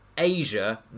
Asia